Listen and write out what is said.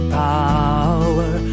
power